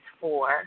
four